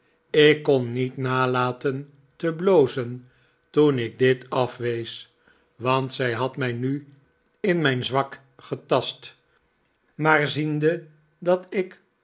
ik kon niet nalaten te blozen toen ik dit afwees want zij had mij nu in mijn zwak getast maar ziende dat ik